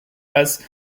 als